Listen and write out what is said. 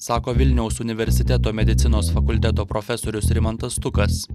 sako vilniaus universiteto medicinos fakulteto profesorius rimantas stukas